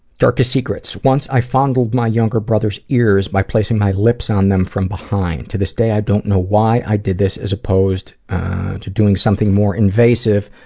darkest secrets. once i fondled my younger brother's ears by placing my lips on them from behind. to this day, i don't know why i did this as opposed to doing something more invasive,